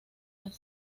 las